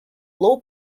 low